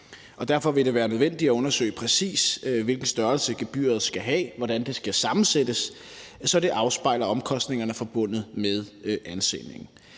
Derfor vil det være nødvendigt at undersøge præcis, hvilken størrelse gebyret skal have, hvordan det skal sammensættes, så det afspejler omkostningerne forbundet med ansøgningen.